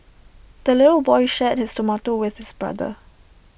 the little boy shared his tomato with his brother